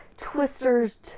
Twisters